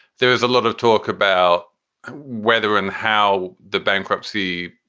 there is a lot of talk about whether and how the bankruptcy